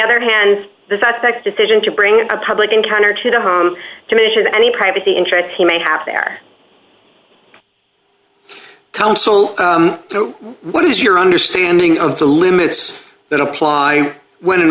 other hand the suspects decision to bring a public encounter to the home diminishes any privacy interest you may have there counsel what is your understanding of the limits that apply when an